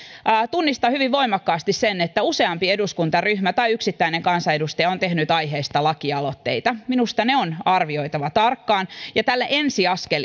tunnistan hyvin voimakkaasti sen että useampi eduskuntaryhmä tai yksittäinen kansanedustaja on tehnyt aiheesta lakialoitteita minusta ne on arvioitava tarkkaan ja tälle